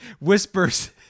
whispers